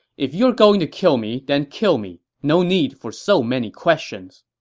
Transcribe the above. if you are going to kill me, then kill me. no need for so many questions.